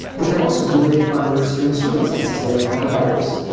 they can also do it under extreme circumstances, like the coronavirus,